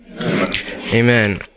Amen